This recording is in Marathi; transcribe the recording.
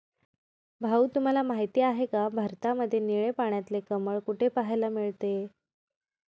भाऊ तुम्हाला माहिती आहे का, भारतामध्ये निळे पाण्यातले कमळ कुठे पाहायला मिळते?